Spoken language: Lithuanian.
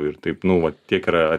ir taip nu vat tiek yra